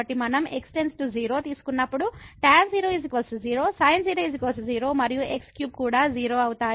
కాబట్టి మనం x → 0 తీసుకున్నప్పుడు tan0 0 sin0 0 మరియు x3 కూడా 0 అవుతాయి